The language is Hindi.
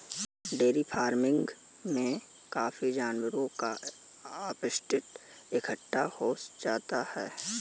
डेयरी फ़ार्मिंग में काफी जानवरों का अपशिष्ट इकट्ठा हो जाता है